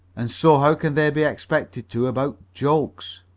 and so how can they be expected to about jokes?